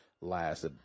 Last